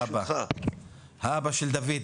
האבא של דוד,